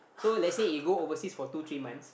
so lets say he go overseas for two three months